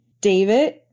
David